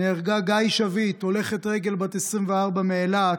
נהרגה גיא שביט, הולכת רגל בת 24 מאילת.